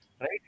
right